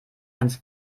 ganz